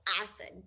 acid